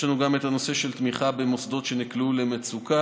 יש לנו גם את נושא התמיכה במוסדות שנקלעו למצוקה.